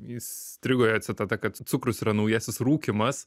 įstrigo jo citata kad cukrus yra naujasis rūkymas